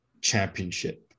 championship